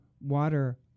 water